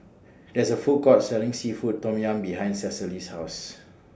There IS A Food Court Selling Seafood Tom Yum behind Cecily's House